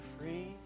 free